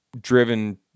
driven